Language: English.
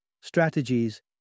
strategies